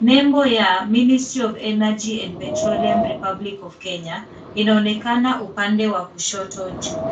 Nembo ya Ministry of Energy and Petroleum Republic of Kenya inaonekana upande wa kushoto juu.